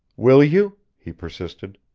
will you? he persisted.